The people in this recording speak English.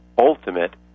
ultimate